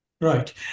Right